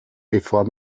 bevor